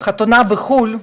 חתונה בחו"ל,